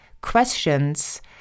questions